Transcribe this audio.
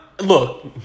Look